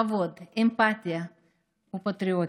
כבוד, אמפתיה ופטריוטיות.